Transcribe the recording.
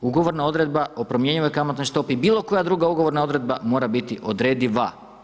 Ugovorna odredba o promjenjivoj kamatnoj stopi ili bilo koja druga ugovorna odredba mora biti odrediva.